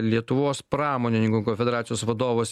lietuvos pramonininkų konfederacijos vadovas